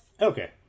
Okay